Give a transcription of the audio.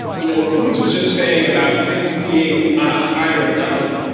you know, what boots was just saying, about things being on a higher level,